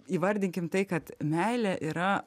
įvardinkim tai kad meilė yra